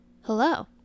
Hello